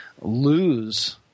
lose